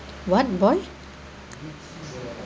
what boy